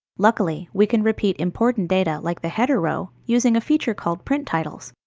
luckily, we can repeat important data like the header row using a feature called print titles.